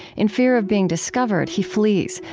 in fear of being discovered, he flees,